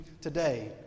today